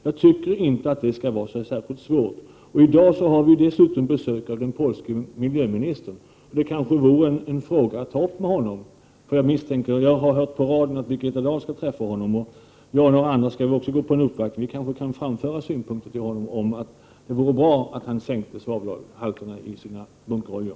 Det bör inte vara särskilt svårt. I dag har vi dessutom besök av den polske miljöministern, och det vore kanske en fråga att ta upp med honom. Jag har hört på radion att Birgitta Dahl skall träffa honom, och jag och några andra skall också gå på en uppvaktning, så vi kan kanske till honom framföra synpunkten att det vore bra om han sänkte svavelhalterna i sina oljor.